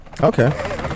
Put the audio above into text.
okay